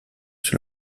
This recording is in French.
sur